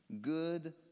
good